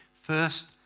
first